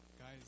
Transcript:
Guys